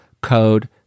code